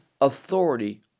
authority